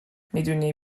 میدونی